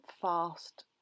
fast